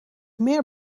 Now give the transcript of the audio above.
meer